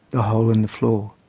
the hole in the floor.